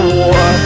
war